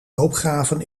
loopgraven